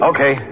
Okay